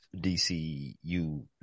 DCU